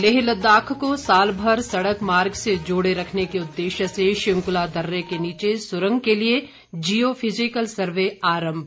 लेह लद्दाख को साल भर सड़क मार्ग से जोड़े रखने के उद्देश्य से शिंक्ला दर्रे के नीचे सुरंग के लिए जियो फिजिकल सर्वे आरम्भ